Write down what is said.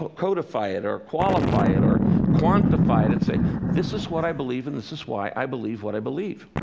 ah codify it or qualify it or quantify it, and say, this is what i believe in. this is why i believe what i believe.